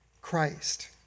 Christ